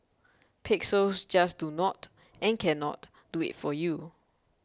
pixels just do not and cannot do it for you